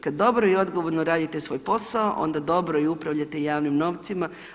Kad dobro i odgovorno radite svoj posao, onda dobro i upravljate javnim novcima.